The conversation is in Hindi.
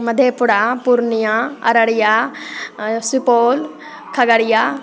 मधेपुरा पूर्णिया अररिया सुपोल खगड़िया